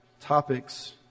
topics